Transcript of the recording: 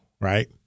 right